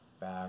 Back